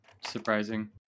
surprising